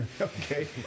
okay